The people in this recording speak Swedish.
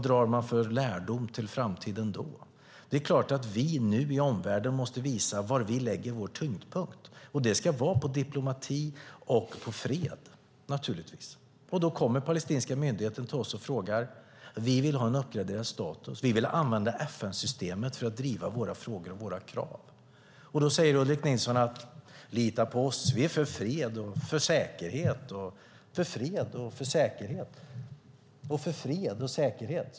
Det är klart att vi i omvärlden måste visa var vi lägger vår tyngdpunkt, och det ska naturligtvis vara på diplomati och fred. Den palestinska myndigheten kommer till oss och säger: Vi vill ha en uppgraderad status. Vi vill använda FN-systemet för att driva våra frågor och våra krav. Då säger Ulrik Nilsson: Lita på oss! Vi är för fred och för säkerhet, och för fred och för säkerhet, och för fred och säkerhet.